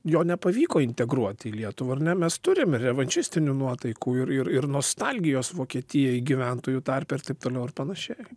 jo nepavyko integruoti į lietuvą ar ne mes turim revanšistinių nuotaikų ir ir ir nostalgijos vokietijai gyventojų tarpe ir taip toliau ir panašiai